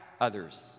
others